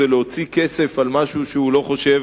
זה להוציא כסף על משהו שהוא לא חושב